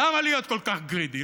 למה להיות כל כך greedy?